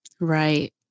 Right